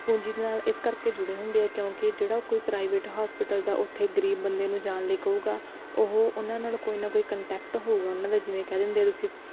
ਪੂੰਜੀ ਦੇ ਨਾਲ ਇਸ ਕਰਕੇ ਜੁੜੇ ਹੁੰਦੇ ਆ ਕਿਉਂਕਿ ਜਿਹੜਾ ਉਹ ਕੋਈ ਪ੍ਰਾਈਵੇਟ ਹੋਸਪਿਟਲ ਦਾ ਉੱਥੇ ਗਰੀਬ ਬੰਦੇ ਨੂੰ ਜਾਣ ਲਈ ਕਹੂਗਾ ਉਹ ਉਹਨਾਂ ਨਾਲ ਕੋਈ ਨਾ ਕੋਈ ਕੰਟੈਕਟ ਹੋਊਗਾ ਉਹਨਾਂ ਦਾ ਜਿਵੇਂ ਕਹਿ ਦਿੰਦੇ ਤੁਸੀਂ